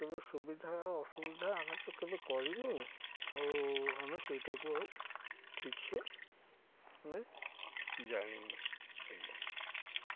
କେବେ ସୁବିଧା ଅସୁବିଧା ଆମେ ତ କେବେ କରିନୁ ଆଉ ଆମେ ସେଇଠାକୁ ଆଉ ଠିକ୍ ସେ ଆମେ ଜାଣିନୁ ଆଜ୍ଞା